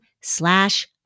slash